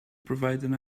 provide